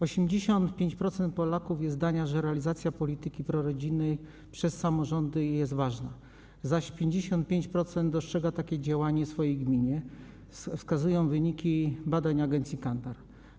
85% Polaków jest zdania, że realizacja polityki prorodzinnej przez samorządy jest ważna, zaś 55% dostrzega takie działanie w swojej gminie - wskazują to wyniki badań agencji Kantar.